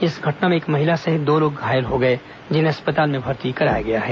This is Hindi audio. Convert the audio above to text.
इस घटना में एक महिला सहित दो लोग घायल हो गए हैं जिन्हें अस्पताल में भर्ती कराया गया है